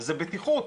זה בטיחות.